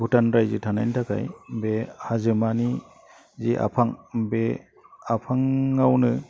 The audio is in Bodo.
भुटान राज्यो थानायनि थाखाय बे हाजोमानि जे आफां बे आफाङावनो